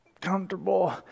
comfortable